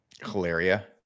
Hilaria